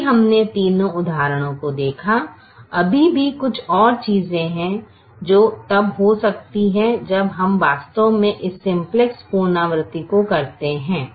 अभी हमने तीनों उदाहरणों को देखा है अभी भी कुछ और चीजें हैं जो तब हो सकती हैं जब हम वास्तव में इस सिम्प्लेक्स पुनरावृत्ति को करते हैं